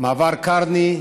מעבר קרני,